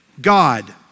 God